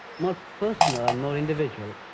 more personal and more individual,